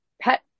pet